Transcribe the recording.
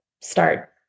start